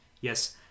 Yes